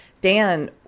Dan